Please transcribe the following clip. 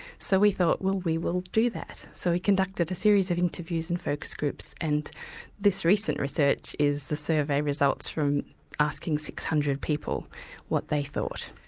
so we thought, well we will do that. so we conducted a series of interviews and focus groups and this recent research is the survey results from asking six hundred people what they thought.